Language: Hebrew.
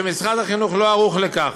ומשרד החינוך לא ערוך לכך.